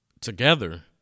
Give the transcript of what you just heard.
together